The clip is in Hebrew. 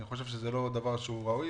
אני חושב שזה דבר לא ראוי,